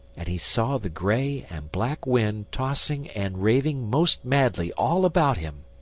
and he saw the grey and black wind tossing and raving most madly all about him.